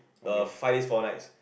the five days four nights